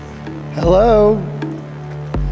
Hello